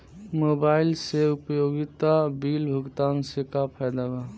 Mobile से उपयोगिता bill भुगतान से का फायदा बा?